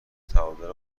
تعادل